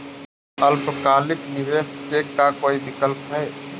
अल्पकालिक निवेश के का कोई विकल्प है?